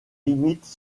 limites